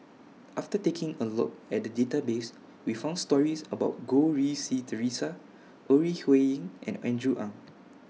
after taking A Look At The Database We found stories about Goh Rui Si Theresa Ore Huiying and Andrew Ang